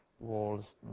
walls